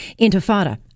Intifada